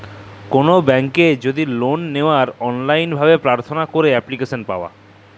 call ব্যাংকে যদি লল লিয়ার অললাইল ভাবে পার্থনা ক্যইরে এপ্লিক্যাসল পাউয়া